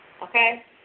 Okay